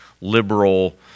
liberal